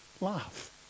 laugh